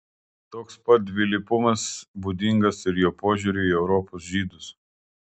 toks pat dvilypumas būdingas ir jo požiūriui į europos žydus